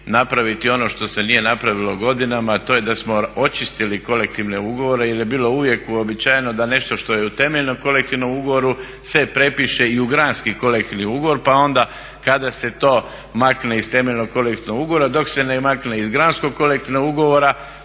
napraviti ono što se nije napravilo godinama a to je da smo očistili kolektivne ugovore jer je bilo uvijek uobičajeno da nešto što je u temeljnom kolektivnom ugovoru se prepiše i u granski kolektivni ugovor pa onda kada se to makne iz temeljnog kolektivnog ugovora dok se ne makne iz granskog kolektivnog ugovora